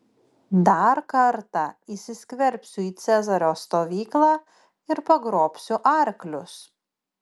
dar kartą įsiskverbsiu į cezario stovyklą ir pagrobsiu arklius